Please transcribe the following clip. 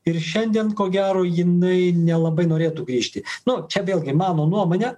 ir šiandien ko gero jinai nelabai norėtų grįžti nu čia vėlgi mano nuomone